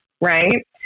right